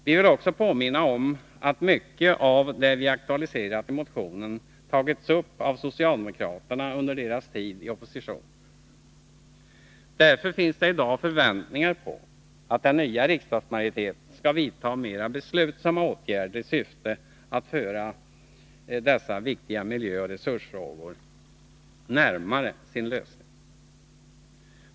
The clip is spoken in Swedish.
Vi vill också påminna om att mycket av det vi aktualiserat i motionen tagits upp av socialdemokraterna under deras tid i opposition. Därför finns det i dag förväntningar på att den nya riksdagsmajoriteten skall vidta mer beslutsamma åtgärder i syfte att föra dessa viktiga miljöoch resursfrågor närmare sin lösning.